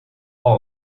all